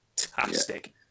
fantastic